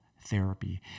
therapy